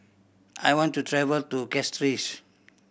I want to travel to Castries